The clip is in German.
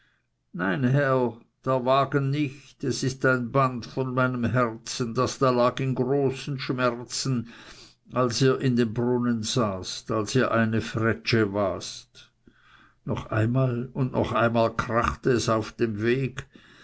herr der wagen nicht es ist ein band von meinem herzen das da lag in großen schmerzen als ihr in dem brunnen saßt als ihr eine fretsche frosch wast wart noch einmal und noch einmal krachte es auf dem weg